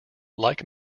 like